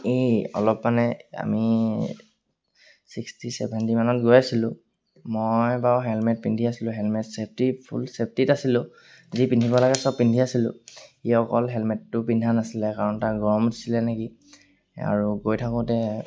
এই অলপমানে আমি ছিক্সটি ছেভেণ্টিমানত গৈ আছিলোঁ মই বাৰু হেলমেট পিন্ধি আছিলোঁ হেলমেট ছেফটি ফুল ছেফটিত আছিলোঁ যি পিন্ধিব লাগে চব পিন্ধি আছিলোঁ ই অকল হেলমেটটো পিন্ধা নাছিলে কাৰণ তাৰ গৰম উঠিলে নেকি আৰু গৈ থাকোঁতে